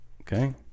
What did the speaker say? okay